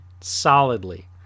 solidly